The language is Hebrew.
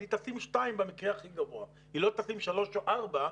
אז היא תשים שתיים במקרה הכי גבוה אבל היא לא תשים שלוש או ארבע.